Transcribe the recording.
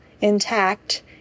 intact